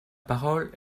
parole